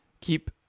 Keep